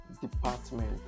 department